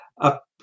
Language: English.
up